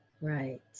Right